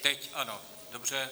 Teď, ano, dobře.